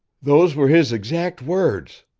those were his exact words.